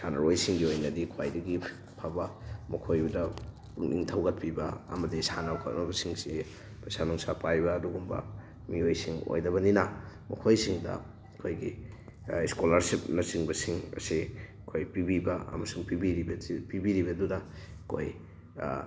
ꯁꯥꯟꯅꯔꯣꯏꯁꯤꯡꯒꯤ ꯑꯣꯏꯅꯗꯤ ꯈ꯭ꯋꯥꯏꯗꯒꯤ ꯐꯕ ꯃꯈꯣꯏꯗ ꯄꯨꯛꯅꯤꯡ ꯊꯧꯒꯠꯄꯤꯕ ꯑꯃꯗꯤ ꯁꯥꯟꯅ ꯈꯣꯠꯅꯕꯁꯤꯡꯁꯤ ꯄꯩꯁꯥ ꯅꯨꯡꯁꯥ ꯄꯥꯏꯕ ꯑꯗꯨꯒꯨꯝꯕ ꯃꯤꯑꯣꯏꯁꯤꯡ ꯑꯣꯏꯗꯕꯅꯤꯅ ꯃꯈꯣꯏꯁꯤꯡꯗ ꯑꯩꯈꯣꯏꯒꯤ ꯏꯀꯣꯂꯥꯔꯁꯤꯞꯅꯆꯤꯡꯕꯁꯤꯡ ꯑꯁꯤ ꯑꯩꯈꯣꯏ ꯄꯤꯕꯤꯕ ꯑꯃꯁꯨꯡ ꯄꯤꯕꯤꯔꯤꯕꯁꯤ ꯄꯤꯕꯤꯔꯤꯕꯗꯨꯗ ꯑꯩꯈꯣꯏ